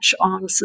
on